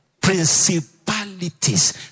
principalities